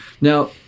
Now